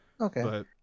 Okay